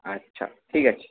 আচ্ছা ঠিক আছে